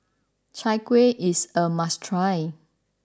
Chai Kueh is a must try